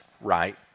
right